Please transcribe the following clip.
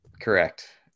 Correct